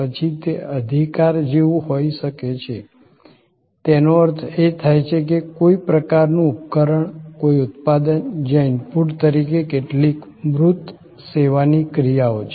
પછી તે અધિકાર જેવું હોઈ શકે છે તેનો અર્થ એ થાય છે કે કોઈ પ્રકારનું ઉપકરણ કોઈ ઉત્પાદન જ્યાં ઇનપુટ તરીકે કેટલીક મૂર્ત સેવાની ક્રિયાઓ છે